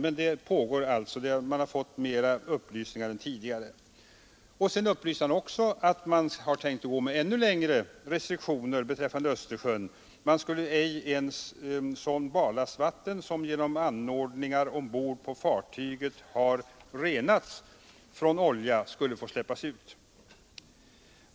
Kommunikationsministern upplyste oss också om att man har tänkt sig ännu längre gående restriktioner beträffande Östersjön — ”ej ens sådant barlastvatten, som genom anordningar ombord på fartyget har renats från olja, skall få släppas ut”.